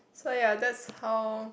so ya that's how